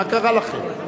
מה קרה לכם?